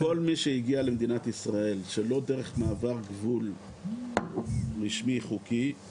כל מי שמגיע למדינת ישראל שלא דרך מעבר גבול רשמי חוקי,